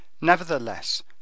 Nevertheless